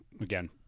again